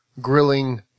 grilling